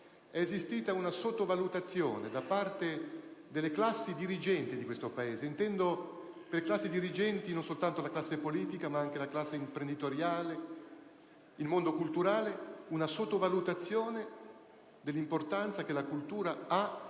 ad oggi, una sottovalutazione da parte delle classe dirigenti di questo Paese - intendendo per classi dirigenti non soltanto la classe politica, ma anche quella imprenditoriale ed il mondo culturale - dell'importanza che la cultura ha